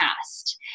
past